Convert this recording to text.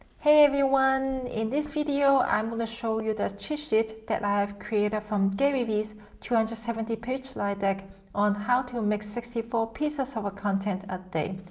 hey everyone, in this video i'm going to show you the cheat sheet that i have created from gary vee's two hundred and seventy page slide deck on how to make sixty four pieces of content a day.